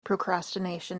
procrastination